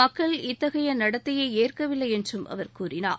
மக்கள் இத்தகைய நடத்தையை ஏற்கவில்லை என்றும் அவர் கூறினார்